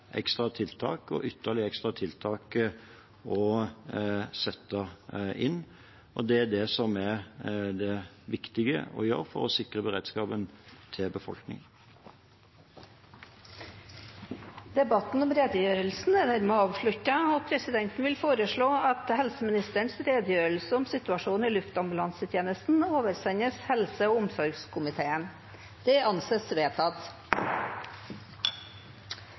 ekstra tiltak og ytterligere ekstra tiltak å sette inn. Det er det som er det viktige å gjøre for å sikre beredskapen til befolkningen. Debatten om redegjørelsen er dermed avsluttet, og presidenten vil foreslå at helseministerens redegjørelse om situasjonen i luftambulansetjenesten oversendes helse- og omsorgskomiteen. – Det anses vedtatt.